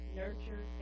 nurture